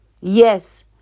yes